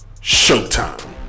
showtime